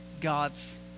God's